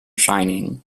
shining